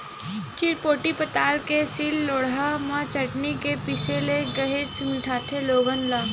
चिरपोटी पताल के सील लोड़हा म चटनी के पिसे ले काहेच के मिठाथे लोगन ला